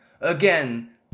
Again